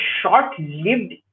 short-lived